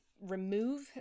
remove